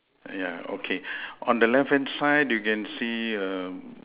ah ya okay on the left hand side you can see a